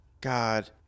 god